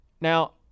Now